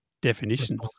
definitions